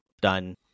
done